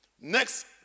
Next